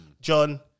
John